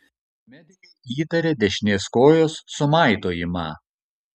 medikai įtarė dešinės kojos sumaitojimą